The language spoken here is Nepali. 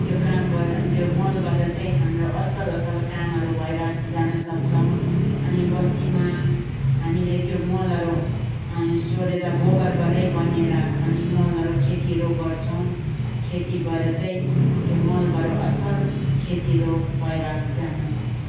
त्यो कामबाट त्यो मलबाट चैँ हाम्रो असल असल कामहरू भएर जान सक्छौँ अनि बस्तीमा हामीले त्यो मोलहरू सोरेर अनि गोबरबाटै बनिएर हामी मलहरू खेतीहरू गर्छौँ खेतीबाट चाहिँ त्यो मलबाट असल खेतीहरू भएर जानसक्छ